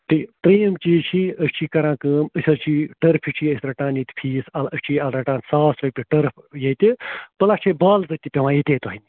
تہِ ترٛیٚیِم چیٖز چھی أسۍ چھی کَران کٲم أسۍ حظ چھی ٹٔرفہِ چھی أسۍ رَٹان ییٚتہِ فیٖس أسۍ چھی رَٹان ساس رۄپیہِ ٹٔرٕف ییٚتہِ پٕلس چھے بالہٕ تہِ تہٕ پٮ۪وان ییٚتے تۄہہِ نِنۍ